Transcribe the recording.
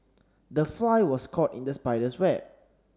the fly was caught in the spider's web